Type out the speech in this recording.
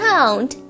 Count